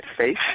face